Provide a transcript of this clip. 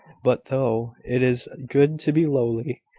but, though it is good to be lowly,